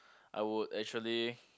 I would actually